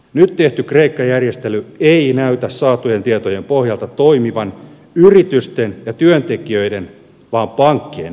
nyt tehty kreikka järjestely ei näytä saatujen tietojen pohjalta toimivan yritysten ja työntekijöiden vaan pankkien ehdoilla